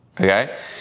Okay